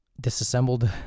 disassembled